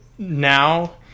now